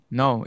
no